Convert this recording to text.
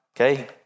Okay